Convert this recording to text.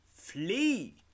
flee